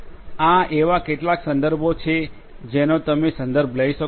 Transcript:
આ એવા કેટલાક સંદર્ભો છે જેનો તમે સંદર્ભ લઈ શકો છો